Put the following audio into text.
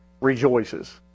rejoices